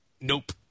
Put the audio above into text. Nope